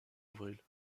avril